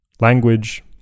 language